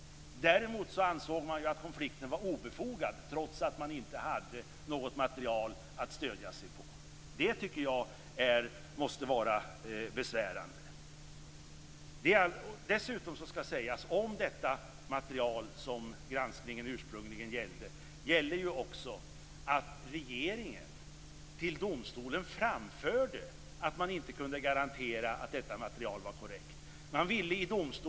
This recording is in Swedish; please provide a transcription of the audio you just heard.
Man ansåg att konflikten var obefogad, trots att man inte hade något material att stödja sig på. Detta tycker jag måste vara besvärande. Dessutom skall sägas att regeringen till domstolen framförde att man inte kunde garantera att det material som granskningen ursprungligen gällde var korrekt.